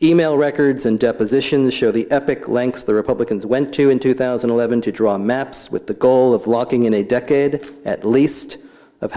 e mail records and depositions show the epic lengths the republicans went to in two thousand and eleven to draw maps with the goal of locking in a decade at least of